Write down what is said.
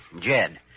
Jed